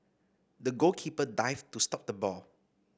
the goalkeeper dived to stop the ball